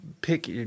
pick